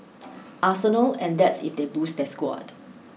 arsenal and that's if they boost their squad